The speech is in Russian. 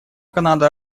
канада